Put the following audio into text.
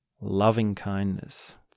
loving-kindness